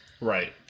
Right